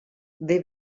dvd